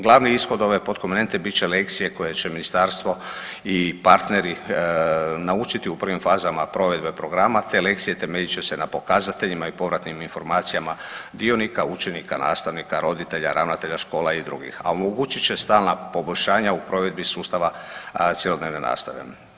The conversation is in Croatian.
Glavni ishod ove pod komponente bit će lekcije koje će ministarstvo i partneri naučiti u prvim fazama provedbe programa te lekcije temeljit će se na pokazateljima i povratnim informacijama dionika učenika, nastavnika, roditelja, ravnatelja škola i dr., a omogućit će stalna poboljšanja u provedbi sustava cjelodnevne nastave.